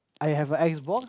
I have a X-Box